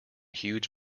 huge